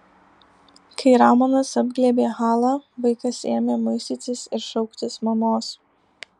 kai ramonas apglėbė halą vaikas ėmė muistytis ir šauktis mamos